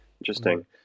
Interesting